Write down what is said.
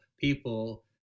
People